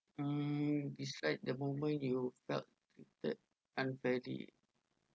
mm describe the moment you felt that unfairly